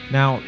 Now